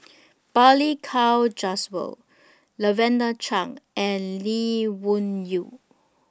Balli Kaur Jaswal Lavender Chang and Lee Wung Yew